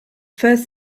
first